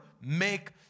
make